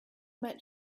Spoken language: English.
met